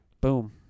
Boom